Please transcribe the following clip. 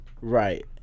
Right